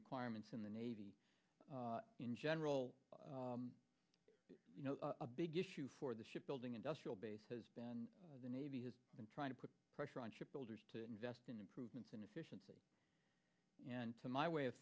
requirements in the navy in general a big issue for the ship building industrial base has been the navy has been trying to put pressure on ship builders to invest in improvements in efficiency and to my way of